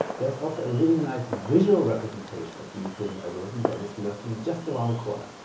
there's also a really nice visual representation of the euclidean algorithm that is lurking just around the corner.